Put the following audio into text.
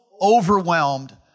overwhelmed